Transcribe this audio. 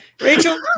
Rachel